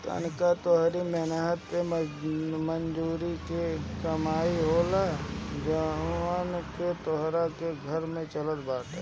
तनखा तोहरी मेहनत मजूरी के कमाई होला जवना से तोहार घर चलत बाटे